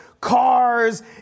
cars